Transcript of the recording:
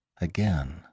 again